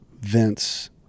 Vince